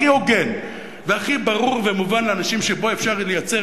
הכי הוגן והכי ברור ומובן לאנשים שבו אפשר לייצר